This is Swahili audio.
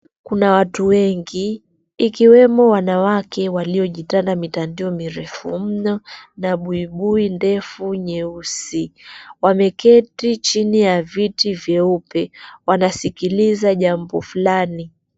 Kuna watu wengi, ikiwemo wanawake waliojitanda mitandio mirefu mno na buibui ndefu nyeusi. Wameketi chini ya viti vyeupe. Wanasikiliza jambo fulani.